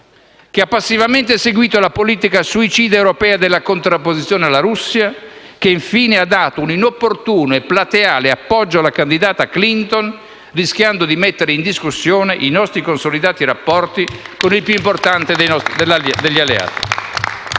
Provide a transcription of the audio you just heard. che ha passivamente seguito la politica suicida europea della contrapposizione con la Russia, che infine ha dato un inopportuno e plateale appoggio alla candidata Clinton, rischiando di mettere in discussione i nostri consolidati rapporti con il più importante degli alleati.